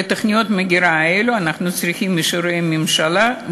לתוכניות המגירה האלה אנחנו צריכים אישורי ממשלה.